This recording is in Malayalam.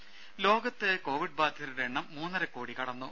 രുദ ലോകത്ത് കോവിഡ് ബാധിതരുടെ എണ്ണം മൂന്നര കോടി കടന്നു